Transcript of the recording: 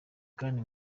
kandi